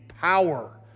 power